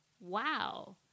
wow